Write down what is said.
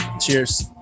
cheers